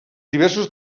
diversos